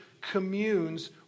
communes